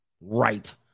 right